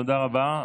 תודה רבה.